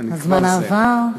הזמן עבר.